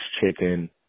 chicken